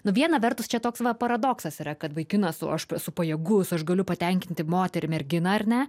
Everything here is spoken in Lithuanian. viena vertus čia toks va paradoksas yra kad vaikinas o aš esu pajėgus aš galiu patenkinti moterį ar merginą ar ne